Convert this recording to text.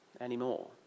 anymore